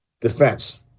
defense